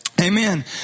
Amen